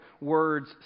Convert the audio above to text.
words